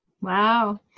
Wow